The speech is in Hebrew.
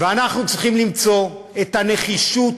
ואנחנו צריכים למצוא את הנחישות